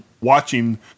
watching